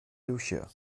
lucia